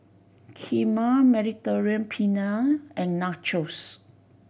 Kheema Mediterranean Penne and Nachos